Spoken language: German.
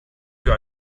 für